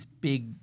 big